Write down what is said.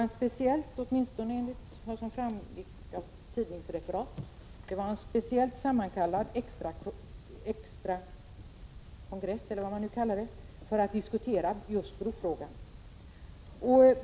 Enligt vad som framgick av tidningsreferaten var den extra kongressen särskilt sammankallad för att diskutera just brofrågan.